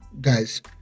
Guys